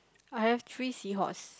I have three seahorse